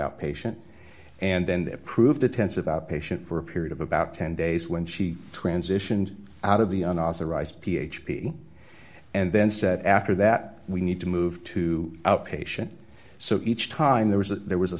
outpatient and then approved the tense of outpatient for a period of about ten days when she transitioned out of the unauthorized p h p and then said after that we need to move to outpatient so each time there was a there was a